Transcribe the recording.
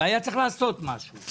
היה צריך לעשות משהו.